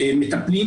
מטפלים